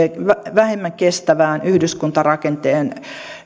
vähemmän kestävän yhdyskuntarakenteen